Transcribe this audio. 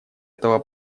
этого